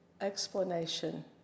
explanation